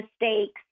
mistakes